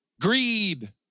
greed